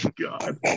God